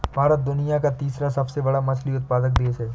भारत दुनिया का तीसरा सबसे बड़ा मछली उत्पादक देश है